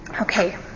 Okay